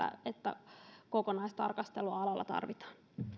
että kokonaistarkastelua alalla tarvitaan